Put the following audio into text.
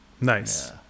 nice